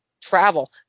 travel